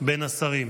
בין השרים.